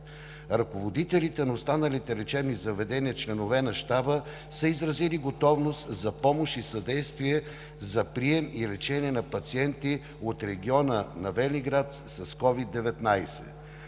Ръководителите на останалите лечебни заведения, членове на Щаба, са изразили готовност за помощ и съдействие за прием и лечение на пациенти от региона на Велинград с COVID-19.